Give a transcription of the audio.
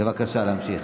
בבקשה, להמשיך.